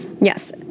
yes